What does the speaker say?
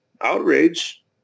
outrage